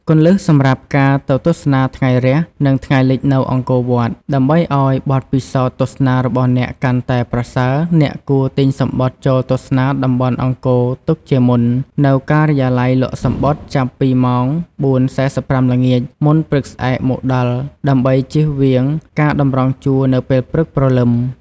គន្លឹះសម្រាប់ការទៅទស្សនាថ្ងៃរះ និងថ្ងៃលិចនៅអង្គរវត្ត៖ ដើម្បីឲ្យបទពិសោធន៍ទស្សនារបស់អ្នកកាន់តែប្រសើរ អ្នកគួរ ទិញសំបុត្រចូលទស្សនាតំបន់អង្គរទុកជាមុន នៅការិយាល័យលក់សំបុត្រចាប់ពីម៉ោង ៤:៤៥ ល្ងាច មុនព្រឹកស្អែកមកដល់ ដើម្បីជៀសវាងការតម្រង់ជួរនៅពេលព្រឹកព្រលឹម។